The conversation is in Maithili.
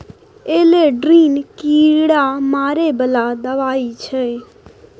एल्ड्रिन कीरा मारै बला दवाई छै